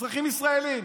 אזרחים ישראלים,